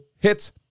hits